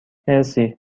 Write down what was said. مرسی